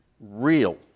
real